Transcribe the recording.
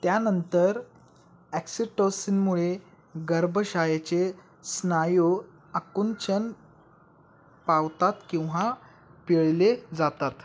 त्यानंतर ॲक्सिटोसिनमुळे गर्भाशयाचे स्नायू आकुंचन पावतात किंवा पिळले जातात